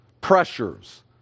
Pressures